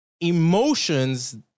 emotions